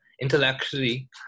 intellectually